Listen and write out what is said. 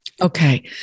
Okay